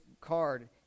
card